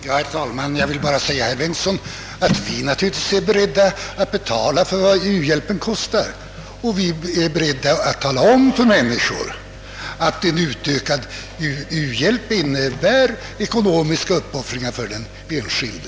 Herr. talman! Jag vill bara säga till herr Bengtsson att vi i centern naturligtvis är beredda att betala vad u-hjälpen kostar. Vi är beredda att tala om för människor att en ökad u-hjälp innebär ekonomiska uppoffringar för den enskilde.